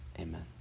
Amen